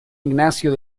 ignacio